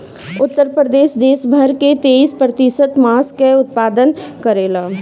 उत्तर प्रदेश देस भर कअ तेईस प्रतिशत मांस कअ उत्पादन करेला